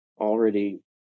already